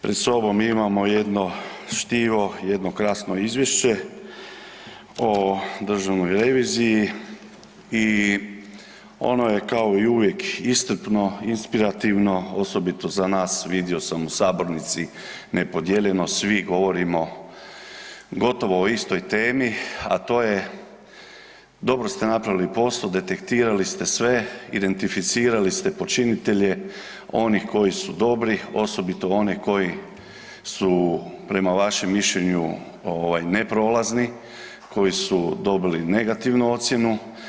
Pred sobom imamo jedno štivo, jedno krasno izvješće o državnoj reviziji i ono je kao uvijek iscrpno, inspirativno osobito za nas, vidio sam u sabornici nepodijeljeno svi govorimo gotovo o istoj temi, a to je dobro ste napravili posao detektirali ste sve, identificirali ste počinitelje onih koji su dobri, osobito one koji su prema vašem mišljenju neprolazni, koji su dobili negativnu ocjenu.